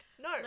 no